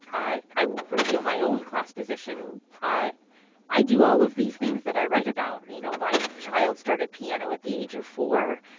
i i will reveal my own class position. i i do all of these things that i write about. you know, my child started piano at the age of four.